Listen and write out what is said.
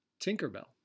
Tinkerbell